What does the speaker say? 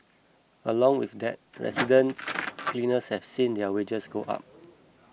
along with that resident cleaners have also seen their wages go up